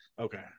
Okay